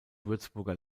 würzburger